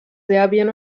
serbien